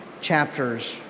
chapters